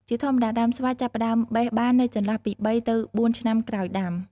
ជាធម្មតា ដើមស្វាយចាប់ផ្ដើមបេះបាននៅចន្លោះពី ៣ ទៅ ៤ ឆ្នាំក្រោយដាំ។